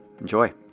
Enjoy